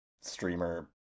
streamer